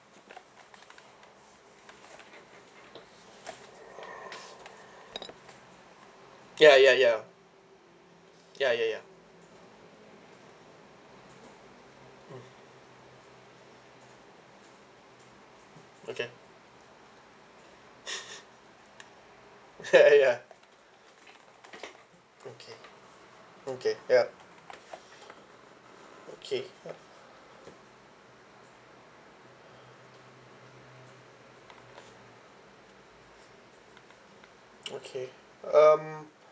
ya ya ya ya ya ya mm okay ya ya okay okay yup okay yup okay um